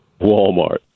Walmart